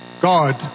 God